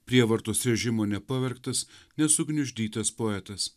prievartos režimo nepavergtas nesugniuždytas poetas